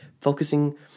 focusing